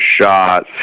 shot